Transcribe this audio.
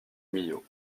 millau